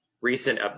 recent